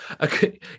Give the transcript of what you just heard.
okay